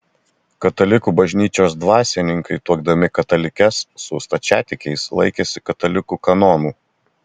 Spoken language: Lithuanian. katalikų bažnyčios dvasininkai tuokdami katalikes su stačiatikiais laikėsi katalikų kanonų